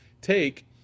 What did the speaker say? take